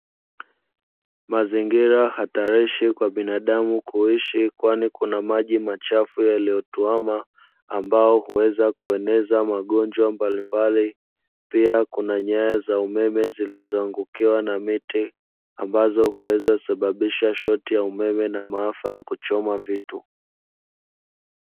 Mazingira hatarishi kwa binadamu kuishi kwani kuna maji machafu yaliyotuama ambao huweza kueneza magojwa mbalimbali, pia kuna nyaya za umeme zilizoangukiwa na miti ambazo huweza sababisha shoti ya umeme na maafa ya kuchoma vitu.